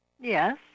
Yes